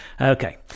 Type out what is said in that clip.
Okay